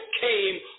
came